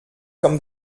kommt